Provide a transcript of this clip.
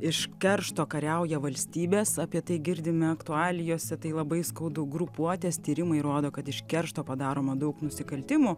iš keršto kariauja valstybės apie tai girdime aktualijose tai labai skaudu grupuotės tyrimai rodo kad iš keršto padaroma daug nusikaltimų